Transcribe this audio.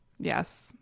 Yes